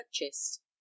purchased